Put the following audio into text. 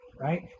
Right